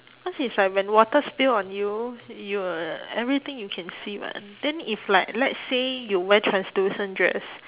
cause is like when water spill on you you will everything you can see [what] then if like let's say you wear translucent dress